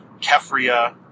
Kefria